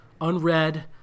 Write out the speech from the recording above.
unread